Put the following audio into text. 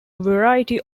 variety